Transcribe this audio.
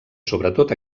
sobretot